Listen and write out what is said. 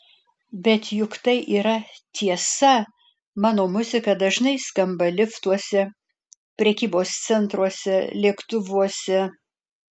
bet juk tai yra tiesa mano muzika dažnai skamba liftuose prekybos centruose lėktuvuose